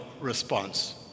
response